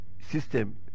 system